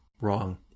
wrong